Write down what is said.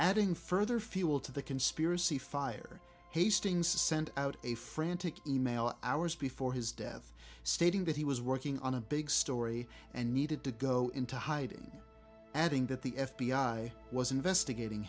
adding further fuel to the conspiracy fire hastings to send out a frantic email hours before his death stating that he was working on a big story and needed to go into hiding adding that the f b i was investigating